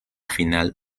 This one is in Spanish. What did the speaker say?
final